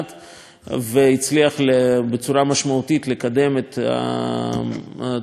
והצליח בצורה משמעותית לקדם את התחומים של הגנת